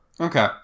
Okay